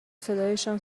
صدایشان